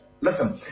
Listen